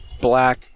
black